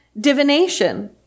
divination